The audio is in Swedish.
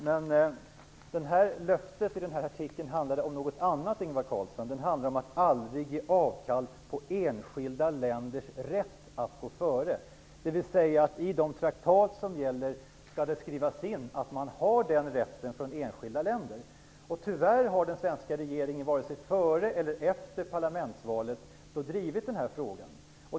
Fru talman! Löftet i den här artikeln handlade om något annat, Ingvar Carlsson. Det handlade om att aldrig ge avkall på enskilda länders rätt att gå före. Det innebär att det i de traktat som gäller skall skrivas in att enskilda länder har den rätten. Tyvärr har den svenska regeringen varken före eller efter parlamentsvalet drivit den här frågan.